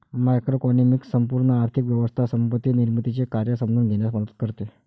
macroeconomics संपूर्ण आर्थिक व्यवस्था संपत्ती निर्मितीचे कार्य समजून घेण्यास मदत करते